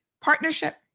partnership